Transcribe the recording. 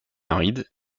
aride